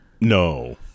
No